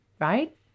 right